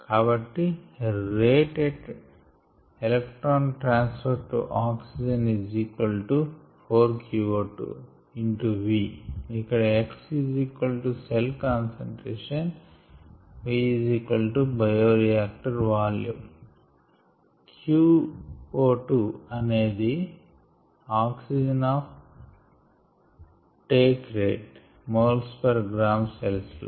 కాబట్టి rate at e transferred to O2 4 qO2 x V ఇక్కడ x cell concentration V bioreactor volume qO2 అనేది oxygen uptake rate moles per gram cells లో